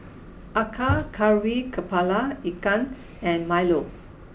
Acar Kari Kepala Ikan and Milo